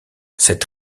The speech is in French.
cette